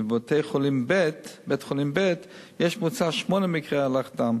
ובבית-חולים ב' יש בממוצע שמונה מקרי אלח דם.